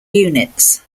units